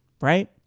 right